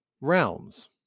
realms